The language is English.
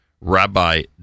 Rabbi